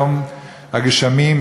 יום הגשמים,